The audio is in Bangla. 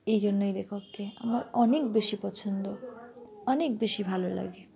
এই জন্য এই লেখককে আমার অনেক বেশি পছন্দ অনেক বেশি ভালো লাগে